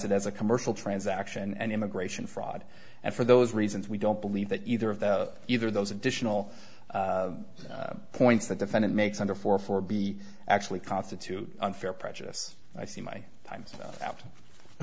it as a commercial transaction an immigration fraud and for those reasons we don't believe that either of those either of those additional points that defendant makes under four four be actually constitute unfair prejudice i see my time